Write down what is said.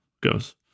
goes